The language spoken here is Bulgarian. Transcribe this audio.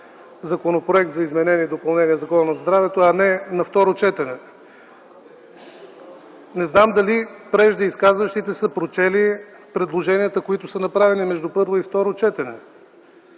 Законопроект за изменение и допълнение на Закона за здравето, а не на второ четене. Не знам дали преждеизказващите се са прочели предложенията, които са направени между първо и второ четене.